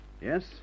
Yes